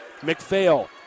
McPhail